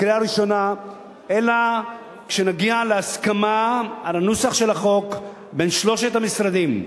לקריאה ראשונה אלא כשנגיע להסכמה על הנוסח של החוק בין שלושת המשרדים: